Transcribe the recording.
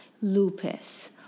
lupus